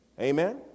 Amen